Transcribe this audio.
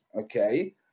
okay